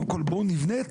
בואו קודם כול נבנה את